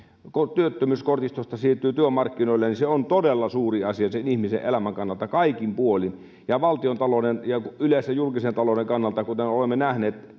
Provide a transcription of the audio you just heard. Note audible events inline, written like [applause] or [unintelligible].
työttömyyskortistosta siirtyy työmarkkinoille niin se on todella suuri asia sen ihmisen elämän kannalta kaikin puolin ja valtiontalouden ja yleisen julkisen talouden kannalta kuten olemme nähneet [unintelligible]